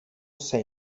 sei